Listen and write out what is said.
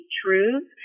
truth